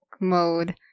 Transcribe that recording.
mode